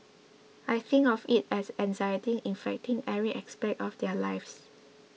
I think of it as anxiety infecting every aspect of their lives